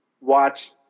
watch